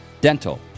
dental